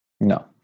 No